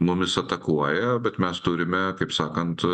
mumis atakuoja bet mes turime kaip sakant